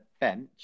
bench